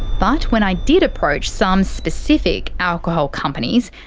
but when i did approach some specific alcohol companies,